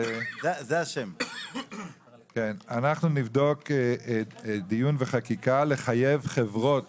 אנחנו נבדוק דיון וחקיקה לחייב חברות